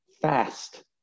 fast